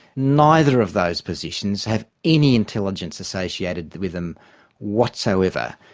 neither of those positions have any intelligence associated with them whatsoever.